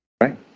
Right